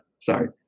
Sorry